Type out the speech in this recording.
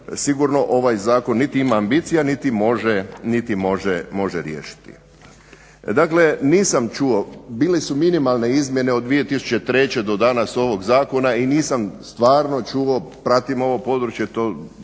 sigurno ovaj zakon niti ima ambicija niti može riješiti. Dakle, nisam čuo, bile su minimalne izmjene od 2003. do danas ovog zakona i nisam stvarno čuo, pratim ovo područje, to